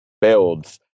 builds